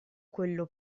quello